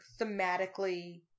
thematically